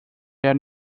der